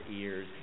ears